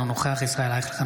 אינו נוכח ישראל אייכלר,